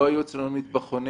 לא היו אצלנו מטבחונים,